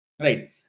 right